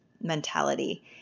mentality